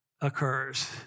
occurs